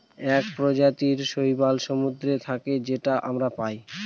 এক প্রজাতির শৈবাল সমুদ্রে থাকে যেটা আমরা পায়